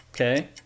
Okay